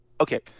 okay